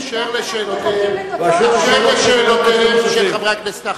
אשר לשאלותיהם של חברי הכנסת האחרים.